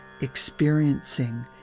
experiencing